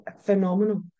phenomenal